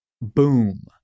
Boom